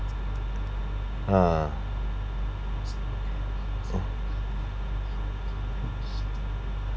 uh hmm